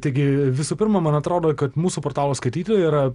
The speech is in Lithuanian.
taigi visų pirma man atrodo kad mūsų portalo skaitytojai yra